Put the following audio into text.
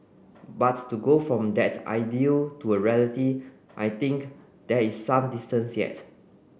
but to go from that ideal to a reality I think there is some distance yet